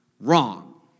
wrong